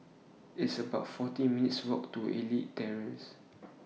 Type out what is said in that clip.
It's about forty minutes' Walk to Elite Terrace